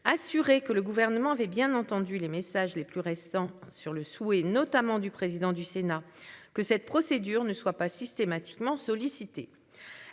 Assuré que le gouvernement avait bien entendu les messages les plus récents sur le souhait notamment du président du Sénat, que cette procédure ne soit pas systématiquement solliciter